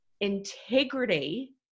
integrity